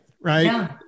Right